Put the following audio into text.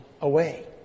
away